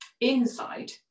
inside